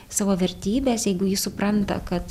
savo vertybes jeigu ji supranta kad